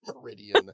Meridian